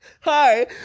hi